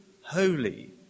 holy